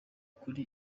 kuri